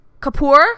Kapoor